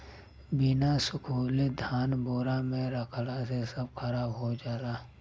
बिना सुखवले धान बोरा में रखला से सब खराब हो जाला